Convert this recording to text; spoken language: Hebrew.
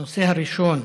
הנושא הראשון: